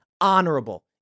Honorable